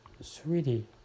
sweetie